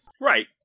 Right